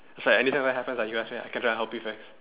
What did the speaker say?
is like anytime happens can ask me ah can try to help you fix